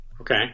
Okay